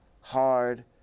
hard